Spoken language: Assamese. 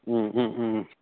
ও ও ও